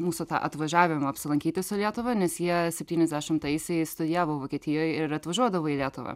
mūsų tą atvažiavimą apsilankyt visą lietuvą nes jie septyniasdešimtaisiais studijavo vokietijoj ir ir atvažiuodavo į lietuvą